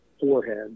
forehead